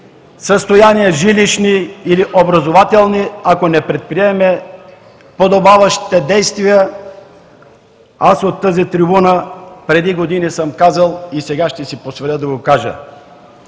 състояния – жилищни или образователни, ако не предприеме подобаващите действия… Аз от тази трибуна преди години съм казал и сега ще си позволя да го кажа: